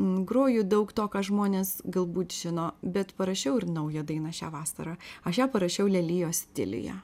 groju daug to ką žmonės galbūt žino bet parašiau ir naują dainą šią vasarą aš ją parašiau lelijos stiliuje